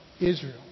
Israel